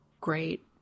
great